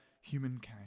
humankind